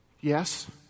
Yes